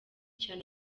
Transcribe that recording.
cyane